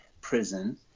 Prison